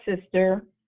sister